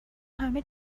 همه